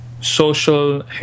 social